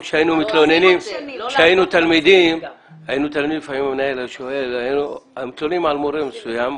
כשהיינו תלמידים והיינו מתלוננים על מורה מסוים,